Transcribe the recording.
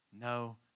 no